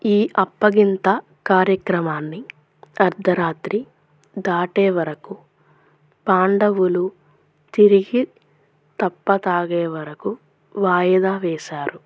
ఈ అప్పగింత కార్యక్రమాన్ని అర్ధరాత్రి దాటే వరకు పాండవులు తిరిగి తప్ప తాగే వరకు వాయిదా వేశారు